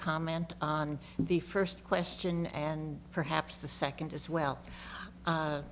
comment on the first question and perhaps the second as well